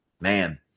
Man